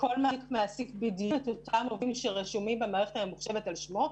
שלכל מעסיק בדיוק אותם עובדים שרשומים במערכת הממוחשבת על שמו.